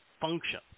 function